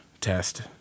test